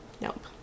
nope